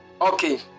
Okay